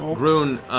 ah groon,